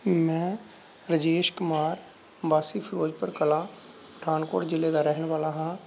ਮੈਂ ਰਜੇਸ਼ ਕੁਮਾਰ ਵਾਸੀ ਫਿਰੋਜ਼ਪੁਰ ਕਲਾਂ ਪਠਾਨਕੋਟ ਜ਼ਿਲ੍ਹੇ ਦਾ ਰਹਿਣ ਵਾਲਾ ਹਾਂ